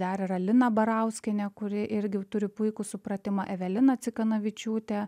dar yra lina barauskienė kuri irgi turi puikų supratimą evelina cikanavičiūtė